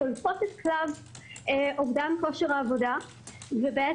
שולפות את קלף אובדן כושר העבודה ובעצם